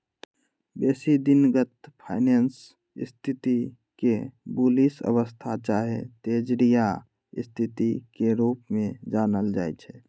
बेशी दिनगत फाइनेंस स्थिति के बुलिश अवस्था चाहे तेजड़िया स्थिति के रूप में जानल जाइ छइ